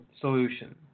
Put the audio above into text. solution